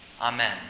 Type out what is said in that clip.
Amen